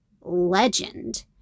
legend